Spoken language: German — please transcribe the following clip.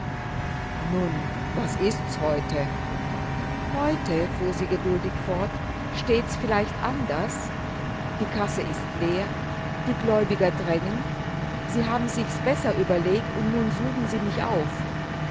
nun was ist's heute heute fuhr sie geduldig fort steht's vielleicht anders die casse ist leer die gläubiger drängen sie haben sich's besser überlegt und nun suchen sie mich auf